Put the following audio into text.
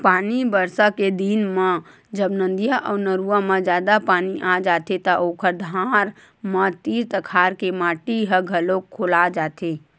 पानी बरसा के दिन म जब नदिया अउ नरूवा म जादा पानी आ जाथे त ओखर धार म तीर तखार के माटी ह घलोक खोला जाथे